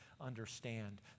understand